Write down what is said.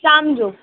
शाम जो